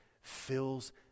fills